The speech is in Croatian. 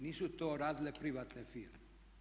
Nisu to radile privatne firme.